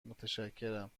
متشکرم